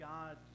God